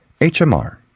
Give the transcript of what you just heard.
HMR